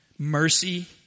Mercy